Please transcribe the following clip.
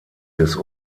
des